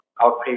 outpatient